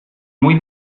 muy